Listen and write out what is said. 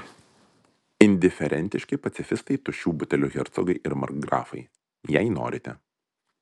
indiferentiški pacifistai tuščių butelių hercogai ir markgrafai jei norite